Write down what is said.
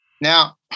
Now